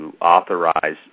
authorize